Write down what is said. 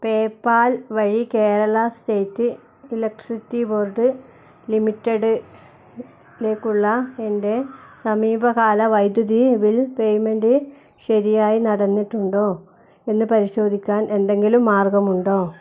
PayPal വഴി Kerala state electricity board limited ലേക്കുള്ള എൻറ്റെ സമീപകാല വൈദ്യുതി ബിൽ പേമെൻറ്റ് ശരിയായി നടന്നിട്ടുണ്ടോ എന്ന് പരിശോധിക്കാൻ എന്തെങ്കിലും മാർഗ്ഗമുണ്ടോ